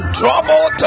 trouble